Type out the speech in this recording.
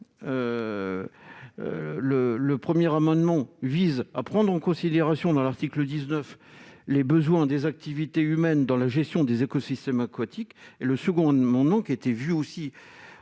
Le le 1er amendement vise à prendre en considération dans l'article 19 les besoins des activités humaines dans la gestion des écosystèmes aquatiques et le second de mon nom, qui était vu aussi